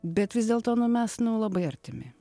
bet vis dėlto nu mes nu labai artimi